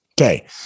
Okay